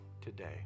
today